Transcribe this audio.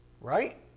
Right